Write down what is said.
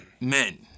Men